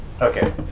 Okay